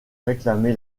réclamer